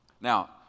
Now